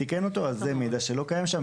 זה מידע שלא קיים שם,